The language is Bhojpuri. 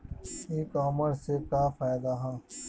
ई कामर्स से का फायदा ह?